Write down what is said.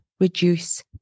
reduce